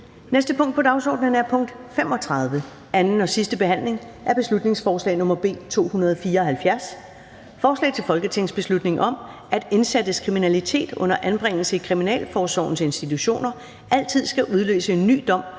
Betænkning 27.05.2021). 35) 2. (sidste) behandling af beslutningsforslag nr. B 274: Forslag til folketingsbeslutning om, at indsattes kriminalitet under anbringelse i kriminalforsorgens institutioner altid skal udløse en ny dom,